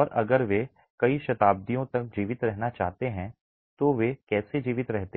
और अगर वे कई शताब्दियों तक जीवित रहना चाहते हैं तो वे कैसे जीवित रहते हैं